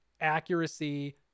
accuracy